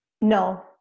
No